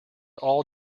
all